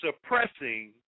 suppressing